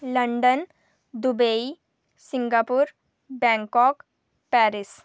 London Dubai Singapore Bangkok Paris